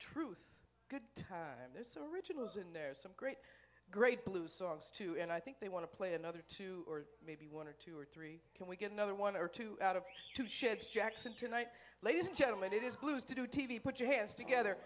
truth good there's a originals in there some great great blues songs too and i think they want to play another two or maybe one or two or three can we get another one or two out of two sheds jackson tonight ladies and gentlemen it is blues to do t v put your hands together